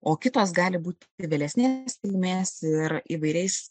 o kitos gali būti ir vėlesės kilmės ir įvairiais